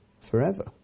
forever